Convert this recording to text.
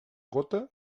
gota